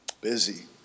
Busy